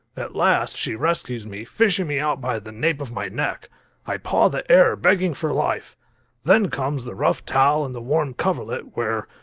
at last she rescues me, fishing me out by the nape of my neck i paw the air, begging for life then comes the rough towel and the warm coverlet where,